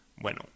Bueno